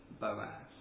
Boaz